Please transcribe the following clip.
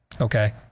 Okay